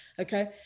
Okay